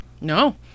No